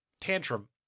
tantrum